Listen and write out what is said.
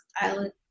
island